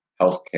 healthcare